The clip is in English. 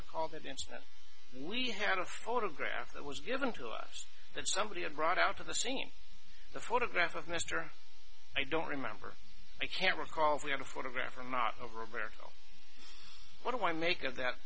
recall that incident we had a photograph that was given to us that somebody had brought out to the scene the photograph of mr i don't remember i can't recall if we have a photograph i'm not of roberto what do i make of that